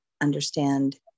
understand